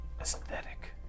Aesthetic